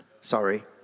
Sorry